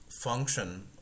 function